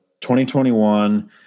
2021